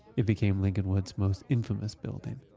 it became lincolnwood's most infamous building.